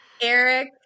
Eric